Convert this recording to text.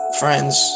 friends